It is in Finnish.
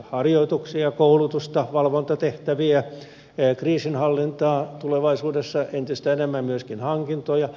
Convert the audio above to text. harjoituksia koulutusta valvontatehtäviä kriisinhallintaa tulevaisuudessa entistä enemmän myöskin hankintoja